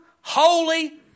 holy